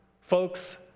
Folks